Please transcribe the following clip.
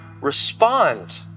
respond